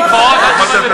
חוק המקוואות,